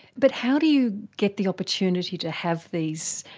but how do you get the opportunity to have these,